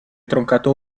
troncato